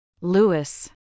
Lewis